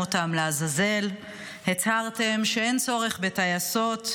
שלחתם אותם לעזאזל, הצהרתם שאין צורך בטייסות,